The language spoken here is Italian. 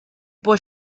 puoi